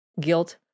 guilt